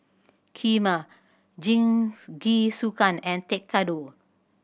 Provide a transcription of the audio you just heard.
Kheema Jingisukan and Tekkadon